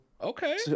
okay